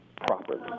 properly